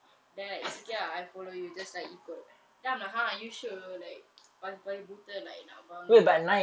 then it's okay ah I follow you just like ikut then I'm like !huh! are you sure like pagi-pagi buta like nak bangun